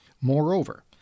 Moreover